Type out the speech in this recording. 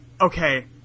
Okay